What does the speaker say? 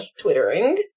Twittering